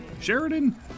Sheridan